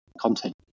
content